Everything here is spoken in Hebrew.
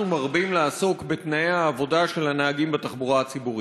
מרבים לעסוק בתנאי העבודה של הנהגים בתחבורה הציבורית,